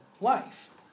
life